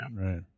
right